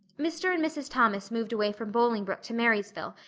mr. and mrs. thomas moved away from bolingbroke to marysville,